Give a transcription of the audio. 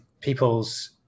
people's